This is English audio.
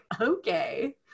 okay